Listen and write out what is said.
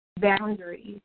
boundaries